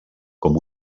com